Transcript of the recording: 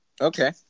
Okay